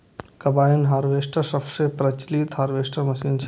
combine harvester सबसं प्रचलित harvester machine छियै